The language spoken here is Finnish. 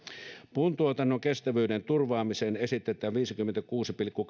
puuntuotannon kestävyyden turvaamiseen esitetään viidenkymmenenkuuden pilkku